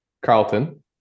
Carlton